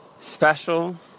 special